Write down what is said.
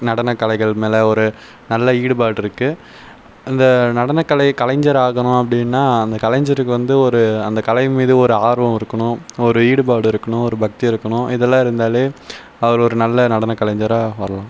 நடனக்கலைகள் மேலே ஒரு நல்ல ஈடுபாடிருக்கு அந்த நடனக்கலை கலைஞராகணும் அப்படின்னால் அந்த கலைஞருக்கு வந்து ஒரு அந்த கலை மீது ஒரு ஆர்வம் இருக்கணும் ஒரு ஈடுப்பாடு இருக்கணும் ஒரு பக்தி இருக்கணும் இதெல்லாம் இருந்தாலே அவர் நல்ல ஒரு நடனக்கலைஞராக வரலாம்